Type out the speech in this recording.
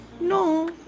no